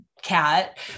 cat